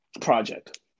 project